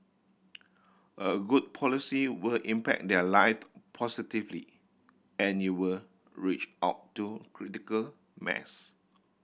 a good policy will impact their lives positively and you will reach out to critical mass